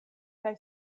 kaj